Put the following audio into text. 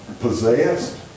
possessed